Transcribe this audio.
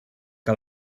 que